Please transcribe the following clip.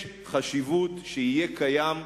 יש חשיבות שיהיה קיים,